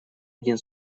один